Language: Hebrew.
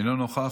אינו נוכח.